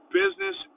business